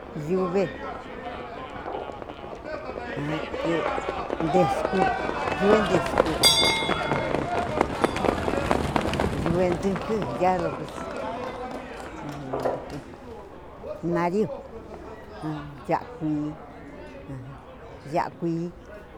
Yuve aunque ntesku ajan yuventunkü nariu ya'a kui ajan ya'a kui.